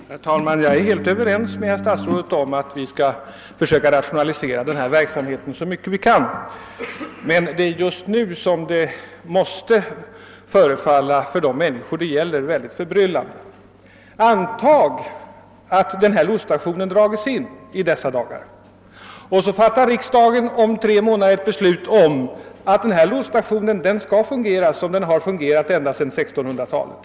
Herr talman! Jag är helt överens med herr statsrådet om att vi skall försöka rationalisera lotsverksamheten så mycket som möjligt. Det är emellertid det nuvarande läget som förefaller de människor det gäller mycket förbryllande. Antag att den nämnda lotsstationen drages in under de närmaste dagarna men att riksdagen om tre månader fattar beslut om att den skall fungera i fortsättningen såsom den gjort ända sedan 1600-talet!